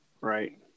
Right